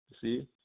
see